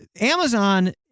Amazon